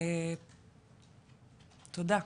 תודה.